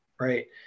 right